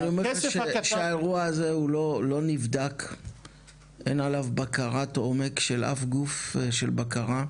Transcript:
אני אומר שהאירוע הזה לא נבדק אין עליו בקרת עומק של אף גוף של בקרה,